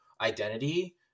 identity